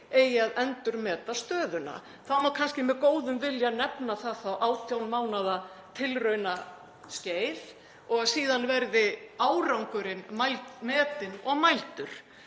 eigi að endurmeta stöðuna. Þá má kannski með góðum vilja nefna það 18 mánaða tilraunaskeið og síðan verði árangurinn metinn og mældur.